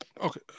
Okay